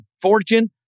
fortune